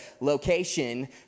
location